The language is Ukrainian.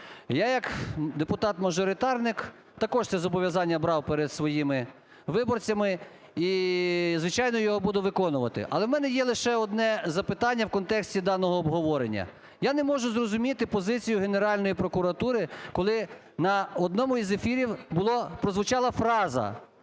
Я як депутат-мажоритарник також це зобов'язання брав перед своїми виборцями і, звичайно, його буду виконувати. Але у мене є лише одне запитання в контексті даного обговорення. Я не можу зрозуміти позицію Генеральної прокуратури, коли на одному з ефірів прозвучала фраза,